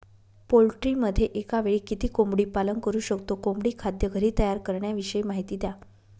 पोल्ट्रीमध्ये एकावेळी किती कोंबडी पालन करु शकतो? कोंबडी खाद्य घरी तयार करण्याविषयी माहिती द्या